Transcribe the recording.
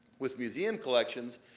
with museum collections,